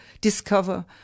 discover